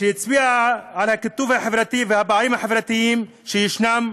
שהצביעה על הקיטוב החברתי והפערים החברתיים שישנם,